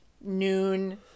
noon